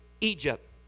Egypt